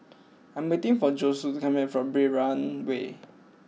I am waiting for Josue to come back from Brani Way